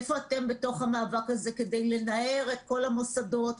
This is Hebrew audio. איפה אתם בתוך המאבק הזה כדי לנער את כל המוסדות?